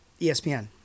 ESPN